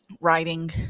writing